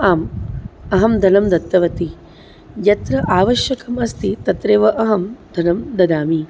आम् अहं धनं दत्तवती यत्र आवश्यकम् अस्ति तत्रेव अहं धनं ददामि